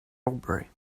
robbery